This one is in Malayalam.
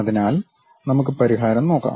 അതിനാൽ നമുക്ക് പരിഹാരം നോക്കാം